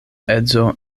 edzo